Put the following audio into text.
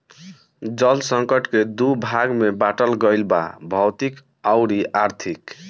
जल संकट के दू भाग में बाटल गईल बा भौतिक अउरी आर्थिक